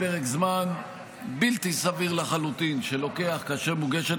פרק זמן בלתי סביר לחלוטין לוקח כאשר מוגשת